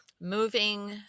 moving